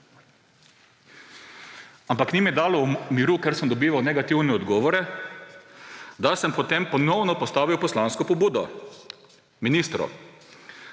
Ampak ni mi dalo miru, ker sem dobival negativne odgovore, da sem potem ponovno postavil poslansko pobudo ministru.